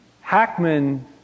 Hackman